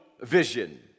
vision